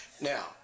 Now